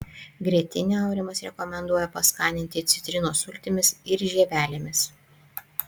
grietinę aurimas rekomenduoja paskaninti citrinos sultimis ir žievelėmis